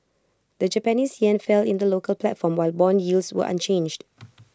the Japanese Yen fell in the local platform while Bond yields were unchanged